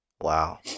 wow